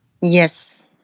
Yes